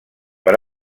per